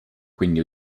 quindi